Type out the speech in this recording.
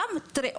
תראה,